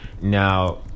Now